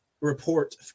report